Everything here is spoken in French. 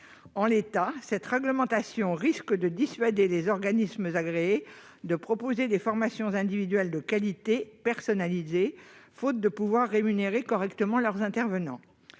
En l'état, cette réglementation risque de dissuader les organismes agréés de proposer des formations individuelles de qualité personnalisées, faute de pouvoir rémunérer correctement leurs intervenants.